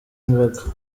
imboga